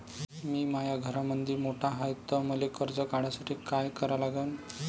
मी माया घरामंदी मोठा हाय त मले कर्ज काढासाठी काय करा लागन?